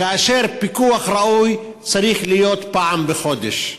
כאשר פיקוח ראוי צריך להיות פעם בחודש.